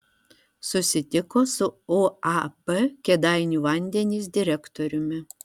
susitiko su uab kėdainių vandenys direktoriumi